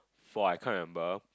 four I can't remember